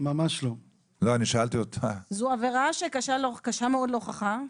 זו עבירה קשה מאוד להוכחה.